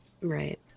Right